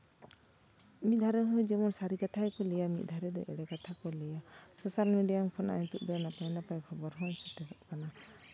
ᱢᱤᱫ ᱫᱷᱟᱨᱮ ᱦᱚᱸ ᱡᱮᱢᱚᱱ ᱥᱟᱹᱨᱤ ᱠᱟᱛᱷᱟ ᱜᱮᱠᱚ ᱞᱟᱹᱭᱟ ᱢᱤᱫ ᱫᱷᱟᱨᱮ ᱫᱚ ᱮᱲᱮ ᱠᱟᱛᱷᱟ ᱠᱚ ᱞᱟᱹᱭᱟ ᱥᱳᱥᱟᱞ ᱢᱤᱰᱤᱭᱟ ᱠᱷᱚᱱᱟᱜ ᱱᱤᱛᱳᱜ ᱫᱚ ᱱᱟᱯᱟᱭ ᱱᱟᱯᱟᱭ ᱠᱷᱚᱵᱚᱨ ᱦᱚᱸ ᱥᱮᱴᱮᱨᱚᱜ ᱠᱟᱱᱟ